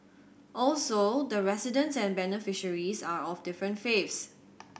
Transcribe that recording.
also the residents and beneficiaries are of different faiths